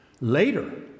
Later